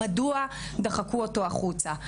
מדוע דחקו אותו החוצה.